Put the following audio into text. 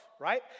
right